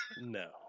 No